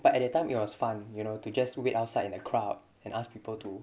but at that time it was fun you know to just wait outside in the crowd and ask people to